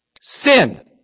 sin